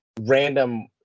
random